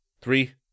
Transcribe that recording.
Three